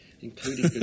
including